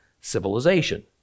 civilization